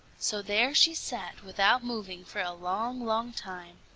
so there she sat without moving for a long, long time,